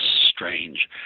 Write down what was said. strange